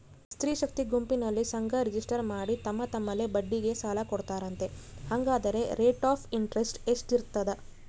ಸ್ತ್ರೇ ಶಕ್ತಿ ಗುಂಪಿನಲ್ಲಿ ಸಂಘ ರಿಜಿಸ್ಟರ್ ಮಾಡಿ ತಮ್ಮ ತಮ್ಮಲ್ಲೇ ಬಡ್ಡಿಗೆ ಸಾಲ ಕೊಡ್ತಾರಂತೆ, ಹಂಗಾದರೆ ರೇಟ್ ಆಫ್ ಇಂಟರೆಸ್ಟ್ ಎಷ್ಟಿರ್ತದ?